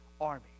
army